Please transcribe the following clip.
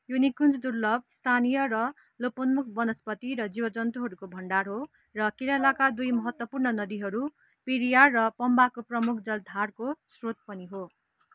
यो निकुञ्ज दुर्लभ स्थानीय र लोपोन्मुख वनस्पति र जीवजन्तुहरूको भण्डार हो र केरलाका दुई महत्त्वपूर्ण नदीहरू पेरियार र पम्बाको प्रमुख जलाधारको स्रोत पनि हो